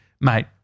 mate